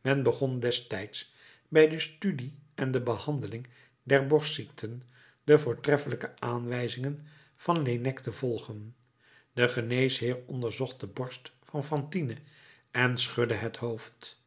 men begon destijds bij de studie en de behandeling der borstziekten de voortreffelijke aanwijzingen van laënnec te volgen de geneesheer onderzocht de borst van fantine en schudde het hoofd